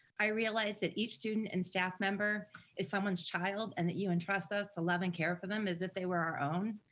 i realized that each student and staff member is someone's child, and that you entrust us to love and care for them as if they were our own.